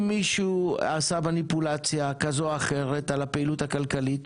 אם מישהו עשה מניפולציה כזו או אחרת על הפעילות הכלכלית,